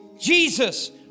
Jesus